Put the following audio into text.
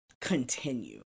continue